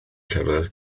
cerdded